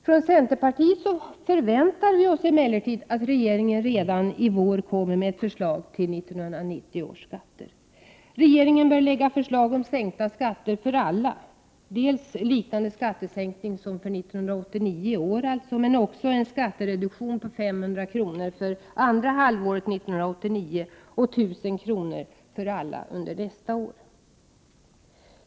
Från centerpartiet förväntar vi oss emellertid att regeringen redan i vår kommer med ett förslag till 1990 års skatter. Regeringen bör lägga fram förslag om sänkta skatter för alla, dels en liknande skattesänkning som för 1989, dels också en skattereduktion på 500 kr. för andra halvåret 1989 och 1 000 kr. för alla under nästa år.